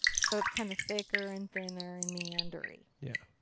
so it's kind of thicker and thinner and meandery. yeah.